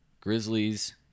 grizzlies